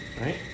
right